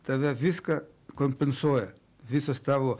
tave viską kompensuoja visas tavo